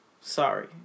Sorry